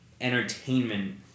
entertainment